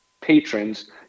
patrons